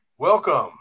Welcome